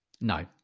No